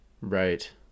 Right